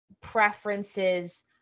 preferences